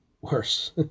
worse